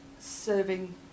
serving